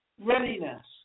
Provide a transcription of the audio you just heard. Readiness